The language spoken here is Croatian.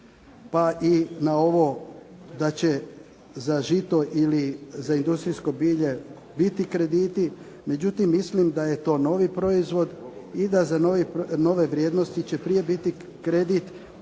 pa i na ovo da će za žito ili za industrijsko bilje biti krediti. Međutim, mislim da je to novi proizvod i da za nove vrijednosti će prije biti kredit